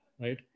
right